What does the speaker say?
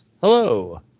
Hello